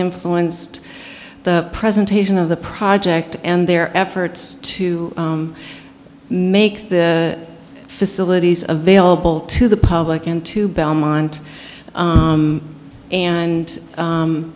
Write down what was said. influenced the presentation of the project and their efforts to make the facilities available to the public and to belmont and